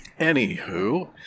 Anywho